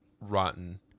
rotten